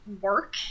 work